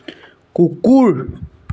কুকুৰ